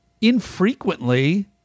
infrequently